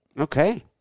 Okay